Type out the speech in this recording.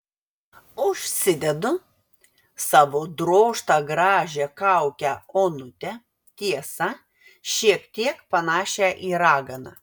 užsidedu savo drožtą gražią kaukę onutę tiesa šiek tiek panašią į raganą